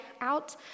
out